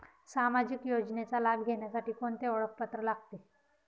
सामाजिक योजनेचा लाभ घेण्यासाठी कोणते ओळखपत्र लागते?